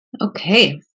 Okay